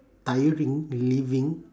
tiring living